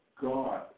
God